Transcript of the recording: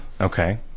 okay